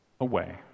away